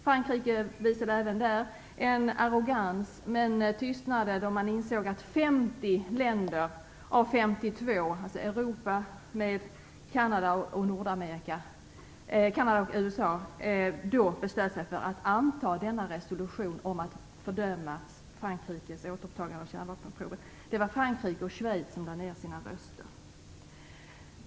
Frankrike visade även där arrogans, men tystnade då de insåg att 50 länder av 52 i Europa tillsammans med Kanada och USA, beslöt sig för att anta resolutionen om att fördöma Frankrikes återupptagande av kärnvapenproven. Frankrike och Schweiz lade ned sina röster.